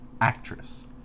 actress